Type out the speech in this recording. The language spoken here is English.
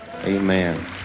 Amen